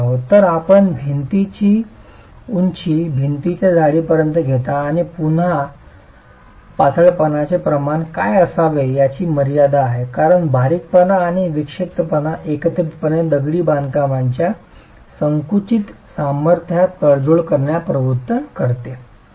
तर आपण भिंतीची उंची भिंतीच्या जाडीपर्यंत घेता आणि पुन्हा पातळपणाचे प्रमाण काय असावे याची मर्यादा आहेत कारण बारीकपणा आणि विक्षिप्तपणा एकत्रितपणे दगडी बांधकामाच्या संकुचित सामर्थ्यात तडजोड करण्यास प्रवृत्त करते ओके